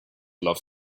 love